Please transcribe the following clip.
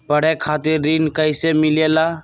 पढे खातीर ऋण कईसे मिले ला?